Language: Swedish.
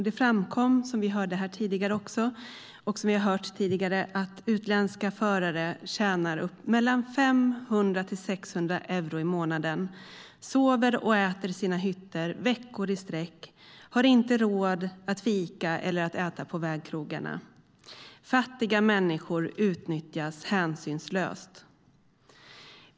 Det framkom, som vi har hört tidigare, att utländska förare tjänar mellan 500 och 600 euro i månaden, sover och äter i sina hytter veckor i streck och inte har råd att fika eller äta på vägkrogarna. Fattiga människor utnyttjas hänsynslöst.